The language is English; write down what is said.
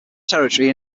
territory